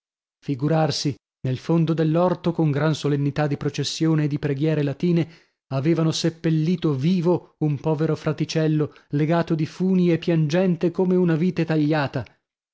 figurarsi nel fondo dell'orto con gran solennità di processione e di preghiere latine avevano seppellito vivo un povero fraticello legato di funi e piangente come una vite tagliata